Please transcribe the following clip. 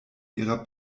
ihrer